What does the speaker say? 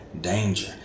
danger